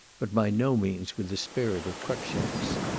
but by no means with the spirit of cruikshank's.